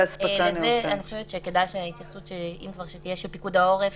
לזה אני חושבת שכדאי שתהיה התייחסות אם כבר של פיקוד העורף,